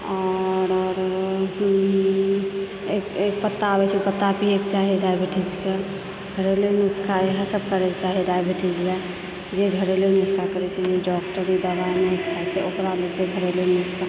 आओर एक पत्ता आबए छै पत्ता पिएके चाही डायबिटीजमे घरेलु नुस्खा इएह सब करएके चाही डायबिटीजमे जे घरलू नुस्खा करए छै ओ डॉक्टरी दवा नहि करए छै